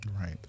Right